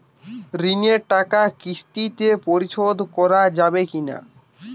ঋণের টাকা কিস্তিতে পরিশোধ করা যাবে কি না?